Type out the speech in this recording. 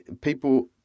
People